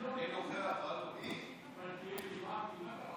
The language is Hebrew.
חבר הכנסת דוד